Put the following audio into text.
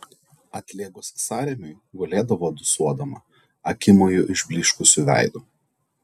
atlėgus sąrėmiui gulėdavo dūsuodama akimoju išblyškusiu veidu